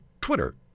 Twitter